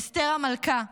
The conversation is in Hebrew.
אסתר המלכה,